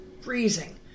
freezing